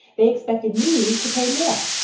they expected me to pay more.